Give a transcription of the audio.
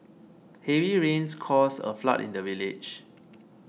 heavy rains caused a flood in the village